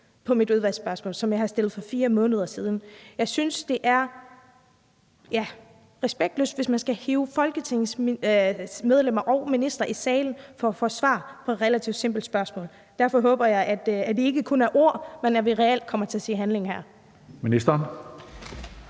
på mit udvalgsspørgsmål, som jeg har stillet for 4 måneder siden. Jeg synes, det er respektløst, hvis man skal hive folketingsmedlemmer og ministre i salen for at få svar på et relativt simpelt spørgsmål. Derfor håber jeg, at det ikke kun er ord, men at vi reelt kommer til at se handling her. Kl.